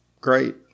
great